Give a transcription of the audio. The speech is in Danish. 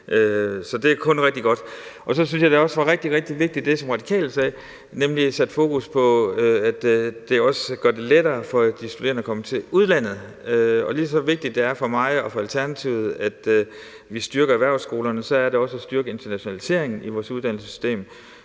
Så det er kun rigtig godt. Så synes jeg, at det også var rigtig, rigtig vigtigt, hvad De Radikale sagde, nemlig at sætte fokus på, at det også gør det lettere for de studerende at komme til udlandet. Lige så vigtigt det er for mig og for Alternativet, at vi styrker erhvervsskolerne, lige så vigtigt er det at styrke internationaliseringen i vores uddannelsessystem,